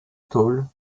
tôle